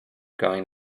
going